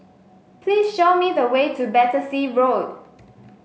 please show me the way to Battersea Road